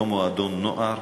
לא מועדון נוער,